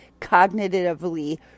cognitively